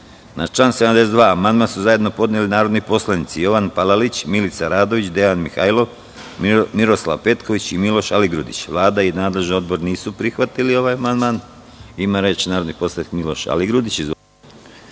član 72. amandman su zajedno podneli narodni poslanici Jovan Palalić, Milica Radović, Dejan Mihajlov, Miroslav Petković i Miloš Aligrudić. Vlada i nadležni odbor nisu prihvatili ovaj amandman. Da li neko želi reč? (Da)Reč ima narodni poslanik Miloš Aligrudić.